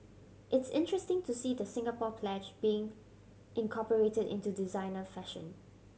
it's interesting to see the Singapore Pledge being incorporated into designer fashion